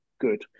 good